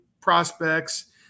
prospects